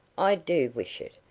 i do wish it.